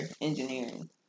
engineering